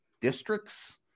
districts